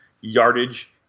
yardage